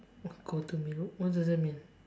go to meal what does that mean